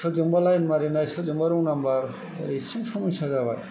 सोरजोंबा लाइन मारिनाय सोरजोंबा रं नाम्बार ओरैसिम समय्सा जाबाय